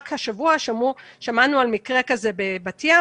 רק השבוע שמענו על מקרה כזה בבת-ים,